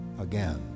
again